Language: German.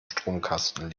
stromkasten